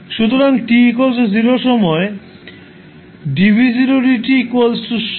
সুতরাং t 0 সময়ে 16